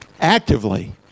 actively